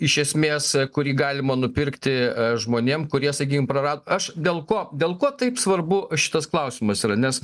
iš esmės kurį galima nupirkti a žmonėm kurie sakykim prarad aš dėl ko dėl ko taip svarbu šitas klausimas yra nes